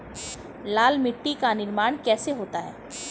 लाल मिट्टी का निर्माण कैसे होता है?